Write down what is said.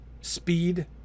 speed